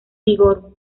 vigor